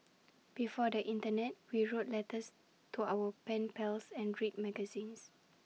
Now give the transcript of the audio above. before the Internet we wrote letters to our pen pals and read magazines